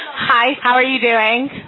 hi, how are you doing?